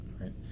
right